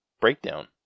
breakdown